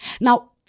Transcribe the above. Now